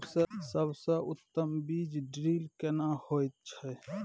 सबसे उत्तम बीज ड्रिल केना होए छै?